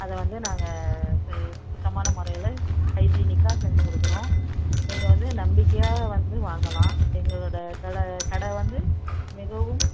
அதைவந்து வாங்க நாங்கள் சுத்தமான முறையில் ஹைஜினிக்காக செஞ்சு கொடுக்குறோம் நீங்கள் வந்து நம்பிக்கையாக வந்து வாங்க எல்லாம் எங்களோட கல கடை வந்து மிகவும்